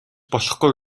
болохгүй